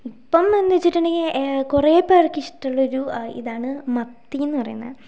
ഇപ്പം എന്നു വച്ചിട്ടുണ്ടെങ്കിൽ കുറേപേർക്ക് ഇഷ്ടമുള്ളൊരു ഇതാണ് മത്തിയെന്നു പറയുന്നത്